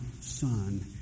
son